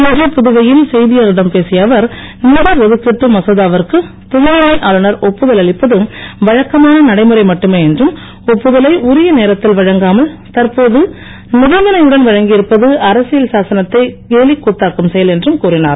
இன்று புதுவையில் செய்தியாளர்களிடம் பேசிய அவர் நிதி ஒதுக்கீட்டு மசோதாவிற்கு துணைநிலை ஆளுநர் ஒப்புதல் அளிப்பது வழக்கமான நடைமுறை மட்டுமே என்றும் ஒப்புதலை உரிய நேரத்தில் வழங்காமல் தற்போது நீபந்தனையுடன் வழங்கியிருப்பது அரசியல் சாசனத்தை கேலிக்கூத்தாக்கும் செயல் என்றும் கூறினார்